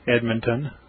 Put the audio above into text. Edmonton